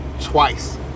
twice